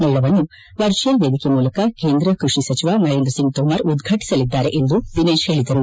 ಮೇಳವನ್ನು ವರ್ಚುವಲ್ ವೇದಿಕೆ ಮೂಲಕ ಕೇಂದ್ರ ಕೃಷಿ ಸಚಿವ ನರೇಂದ್ರಸಿಂಗ್ ತೋಮರ್ ಉದ್ಘಾಟಸಲಿದ್ದಾರೆ ಎಂದು ದಿನೇತ್ ಹೇಳಿದರು